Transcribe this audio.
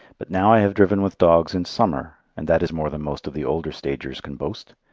but now i have driven with dogs in summer, and that is more than most of the older stagers can boast.